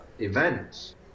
events